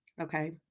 Okay